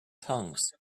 tongues